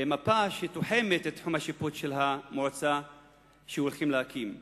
מפה שתוחמת את תחום השיפוט של המועצה שהולכים להקים.